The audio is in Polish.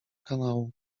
kanału